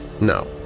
No